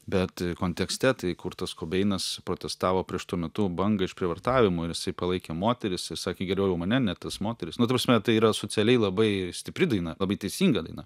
bet kontekste tai kurtas kobeinas protestavo prieš tuo metu bangą išprievartavimų ir jisai palaikė moteris jis sakė geriau jau mane ne tas moteris nu ta prasme tai yra socialiai labai stipri daina labai teisinga daina